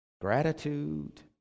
gratitude